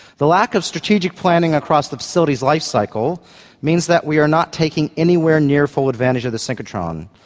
the lack of strategic planning across the facility's life cycle means that we are not taking anywhere near full advantage of the synchrotron,